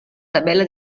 tabella